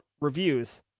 reviews